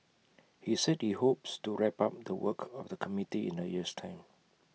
he said he hopes to wrap up the work of the committee in A year's time